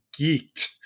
geeked